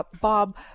Bob